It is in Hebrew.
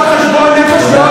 אתם צריכים לעשות חשבון נפש,